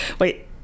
wait